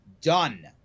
Done